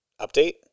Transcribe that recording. Update